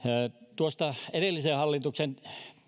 tuosta edellisen hallituksen